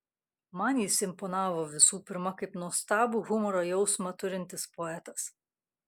man jis imponavo visų pirma kaip nuostabų humoro jausmą turintis poetas